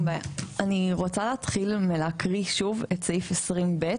אני רוצה להתחיל להקריא שוב את סעיף 20(ב),